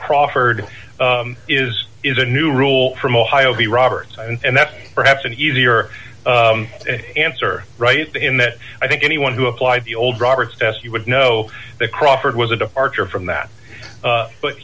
crawford is is a new rule from ohio b roberts and that's perhaps an easier answer right in that i think anyone who applied the old roberts test you would know that crawford was a departure from that